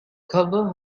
covered